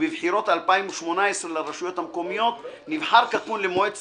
ובבחירות 2018 לרשויות המקומיות נבחר קקון למועצת